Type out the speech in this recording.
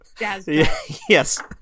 Yes